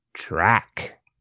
track